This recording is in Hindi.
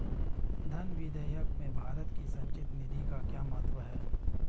धन विधेयक में भारत की संचित निधि का क्या महत्व है?